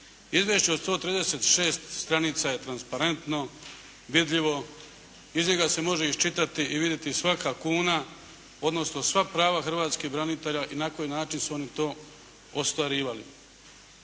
Izvješće od 136 stranica je transparentno, vidljivo, iz njega se može iščitati i vidjeti svaka kuna, odnosno sva prava hrvatskih branitelja i na koji način su oni to ostvarivali.